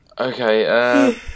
Okay